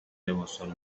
لباسارو